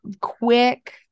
quick